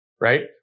right